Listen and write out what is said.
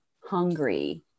hungry